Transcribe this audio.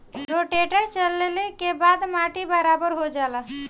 rotator चलले के बाद माटी बराबर हो जाला